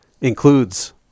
includes